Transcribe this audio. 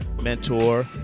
mentor